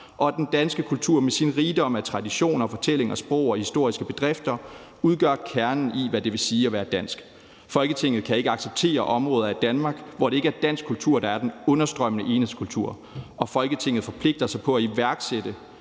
at den danske kultur med sin rigdom af traditioner, fortællinger, sprog og historiske bedrifter udgør kernen i, hvad det vil sige at være dansk. Folketinget kan ikke acceptere områder af Danmark, hvor det ikke er dansk kultur, der er den under-strømmende enhedskultur, og Folketinget forpligter sig til at iværksætte